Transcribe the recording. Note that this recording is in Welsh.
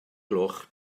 gloch